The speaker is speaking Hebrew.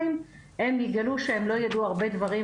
אם זה נכון שאין אור במדרגות.